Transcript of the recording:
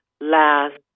last